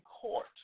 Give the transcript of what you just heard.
Court